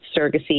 surrogacy